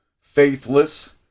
Faithless